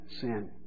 sin